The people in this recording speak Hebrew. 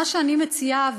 מה שאני מציעה,